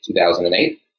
2008